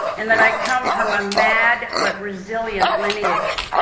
and that i come from a mad but resilient lineage.